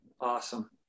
Awesome